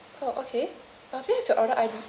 oh okay um can I have your order I_D